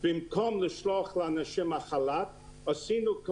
במקום לשלוח אנשים לחל"ת עשינו כל ביכולתנו,